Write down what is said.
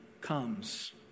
comes